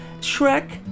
Shrek